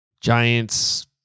Giants